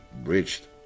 bridged